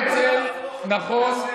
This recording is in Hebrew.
הרצל, נכון.